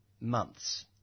months